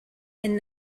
and